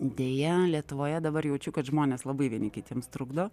deja lietuvoje dabar jaučiu kad žmonės labai vieni kitiems trukdo